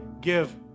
Give